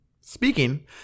Speaking